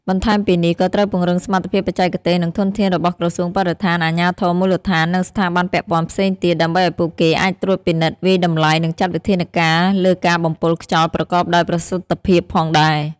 បន្ថែមពីនេះ ក៏ត្រូវពង្រឹងសមត្ថភាពបច្ចេកទេស និងធនធានរបស់ក្រសួងបរិស្ថាន អាជ្ញាធរមូលដ្ឋាន និងស្ថាប័នពាក់ព័ន្ធផ្សេងទៀត ដើម្បីឱ្យពួកគេអាចត្រួតពិនិត្យ វាយតម្លៃ និងចាត់វិធានការលើការបំពុលខ្យល់ប្រកបដោយប្រសិទ្ធភាពផងដែរ។